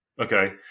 Okay